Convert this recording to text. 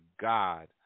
god